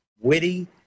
witty